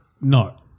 No